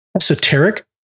esoteric